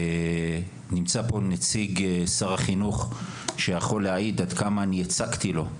נמצא פה נציג שר החינוך שיכול להעיד עד כמה אני הצקתי לו,